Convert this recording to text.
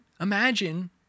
imagine